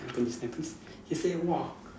Tampines Tampines she say !wah!